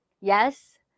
yes